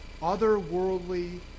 otherworldly